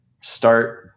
start